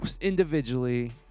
individually